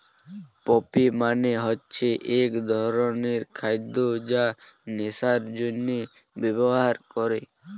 poppy মানে হচ্ছে এক ধরনের খাদ্য যা নেশার জন্যে ব্যবহার করে